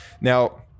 Now